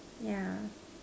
yeah